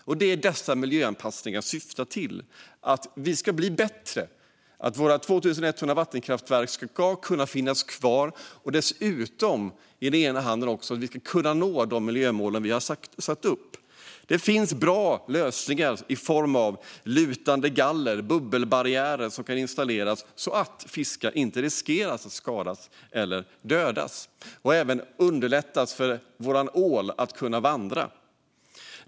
Och det är detta miljöanpassningar syftar till: att vi ska bli bättre, att våra 2 100 vattenkraftverk ska kunna finnas kvar och att vi dessutom ska kunna nå de miljömål vi har satt upp. Det finns bra lösningar i form av lutande galler och bubbelbarriärer som kan installeras så att fiskar inte riskerar att skadas eller dödas och för att underlätta för vår ål att vandra.